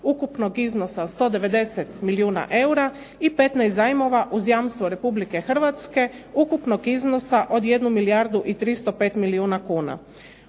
ukupnog iznosa 190 milijuna eura i 15 zajmova uz jamstvo Republike Hrvatske ukupnog iznosa od jednu milijardu i 305 milijuna kuna.